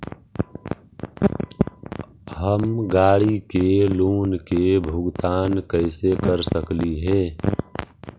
हम गाड़ी के लोन के भुगतान कैसे कर सकली हे?